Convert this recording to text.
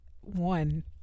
one